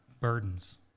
burdens